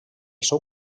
seu